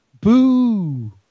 Boo